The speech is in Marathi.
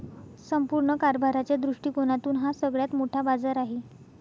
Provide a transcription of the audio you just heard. संपूर्ण कारभाराच्या दृष्टिकोनातून हा सगळ्यात मोठा बाजार आहे